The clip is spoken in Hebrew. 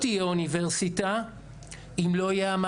רק לכבוד אבא שלי.